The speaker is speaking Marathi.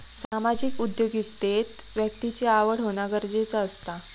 सामाजिक उद्योगिकतेत व्यक्तिची आवड होना गरजेचा असता